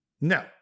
No